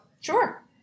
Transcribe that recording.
Sure